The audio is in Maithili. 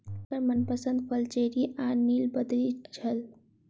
हुनकर मनपसंद फल चेरी आ नीलबदरी छल